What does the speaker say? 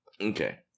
Okay